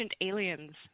Aliens